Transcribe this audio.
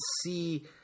see